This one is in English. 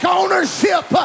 ownership